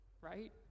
right